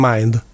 Mind